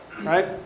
Right